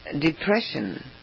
depression